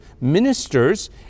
ministers